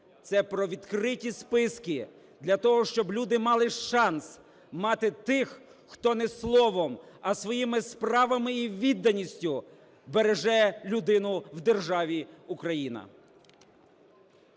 це відкриті списки для того, щоб люди мали шанс мати тих, хто не словом, а своїми справами і відданістю береже людину в державі Україна.